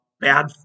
Bad